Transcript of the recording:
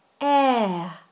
air